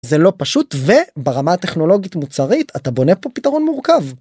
זה לא פשוט וברמה הטכנולוגית מוצרית אתה בונה פה פתרון מורכב.